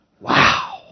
Wow